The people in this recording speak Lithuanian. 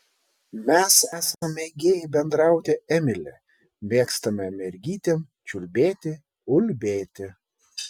mes esam mėgėjai bendrauti emili mėgstame mergytėm čiulbėti ulbėti